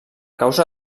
causa